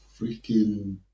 freaking